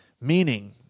meaning